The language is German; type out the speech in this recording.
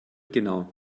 genau